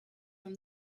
from